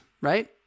right